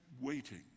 waiting